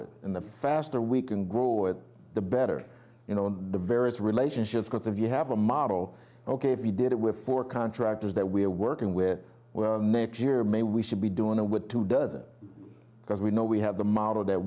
it in the faster we can grow it the better you know the various relationships because of you have a model ok if we did it with four contractors that we're working with next year maybe we should be doing with two dozen because we know we have the model that